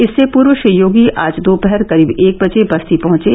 इससे पूर्व श्री योगी आज दोपहर करीब एक बजे बस्ती पहचे